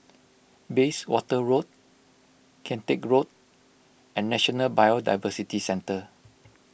Bayswater Road Kian Teck Road and National Biodiversity Centre